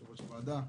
יושב-ראש הוועדה,